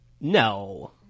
No